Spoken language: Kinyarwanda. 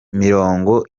mirongo